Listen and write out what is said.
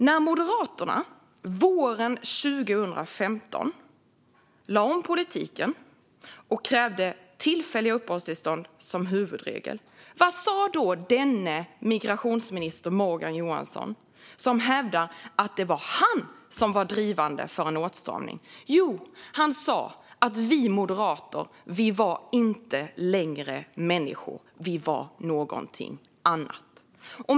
När Moderaterna våren 2015 lade om politiken och krävde tillfälliga uppehållstillstånd som huvudregel, vad sa då denne migrationsminister, Morgan Johansson, som hävdar att det var han som var drivande för en åtstramning? Jo, han sa att vi moderater inte längre var människor. Vi var någonting annat.